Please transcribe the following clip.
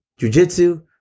Jujitsu